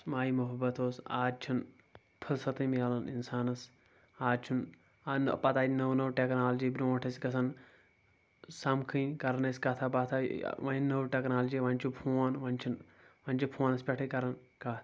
مایہِ محبت اوس آز چھِنہٕ فٕرستھٕے مِلان انسانس آز چھُنہٕ ان پتہٕ آیہِ نٔو نٔو ٹٮ۪کنالجی برٛونٛٹھ ٲسۍ گژھان سمکھٕنہِ کران ٲسۍ کتھا باتھا وۄنۍ نٔو ٹٮ۪کنالجی وۄنۍ چھُ فون وۄنۍ چھِنہٕ وۄنۍ چھِ فونس پٮ۪ٹھٕے کران کتھ